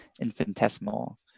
infinitesimal